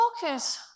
focus